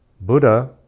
buddha